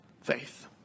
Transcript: faith